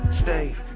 stay